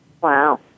Wow